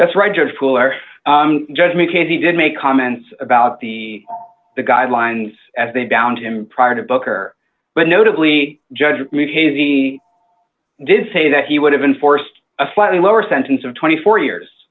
that's right judge pooler judge me case he did make comments about the the guidelines as they bound him prior to booker but notably judge havey did say that he would have been forced a slightly lower sentence of twenty four years